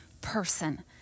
person